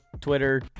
Twitter